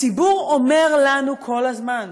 הציבור אומר לנו כל הזמן,